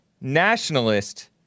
nationalist